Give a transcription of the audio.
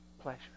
pleasure